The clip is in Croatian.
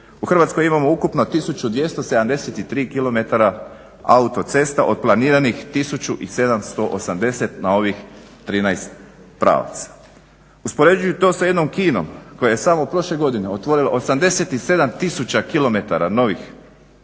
U Hrvatskoj imamo ukupno 1273 km autocesta od planiranih 1780 na ovih 13 pravaca. Uspoređujući to sa jednom Kinom koja je samo prošle godine otvorila 87000 km novih